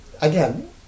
again